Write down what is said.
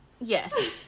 yes